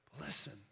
Listen